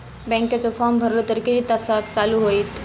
बँकेचो फार्म भरलो तर किती तासाक चालू होईत?